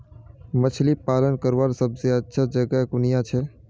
मछली पालन करवार सबसे अच्छा जगह कुनियाँ छे?